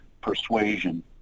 persuasion